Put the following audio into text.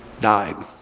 died